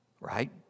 Right